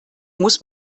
muss